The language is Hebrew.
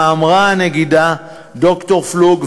מה אמרה הנגידה ד"ר פלוג,